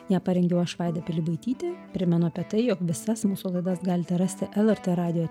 ją parengiau aš vaida pilibaitytė primenu apie tai jog visas mūsų laidas galite rasti lrt radijo